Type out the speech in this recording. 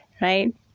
Right